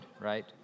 right